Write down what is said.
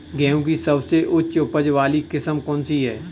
गेहूँ की सबसे उच्च उपज बाली किस्म कौनसी है?